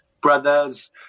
brothers